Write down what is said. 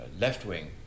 left-wing